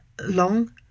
long